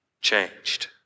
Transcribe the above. changed